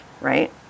right